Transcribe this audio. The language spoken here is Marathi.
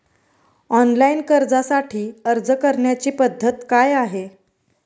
ऑनलाइन कर्जासाठी अर्ज करण्याची पद्धत काय आहे?